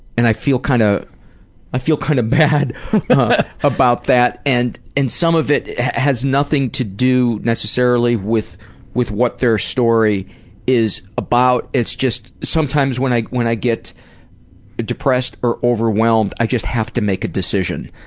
and i feel kind of i feel kind of bad about that. and and some of it has nothing to do necessarily with what what their story is about, it's just sometimes when i when i get depressed or overwhelmed, i just have to make a decision.